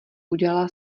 udělala